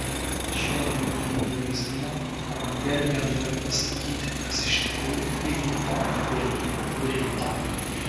šiuo bibliniu vaizdiniu evangelija nori pasakyti kas iš tikrųjų įvyko velykų rytą